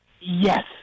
Yes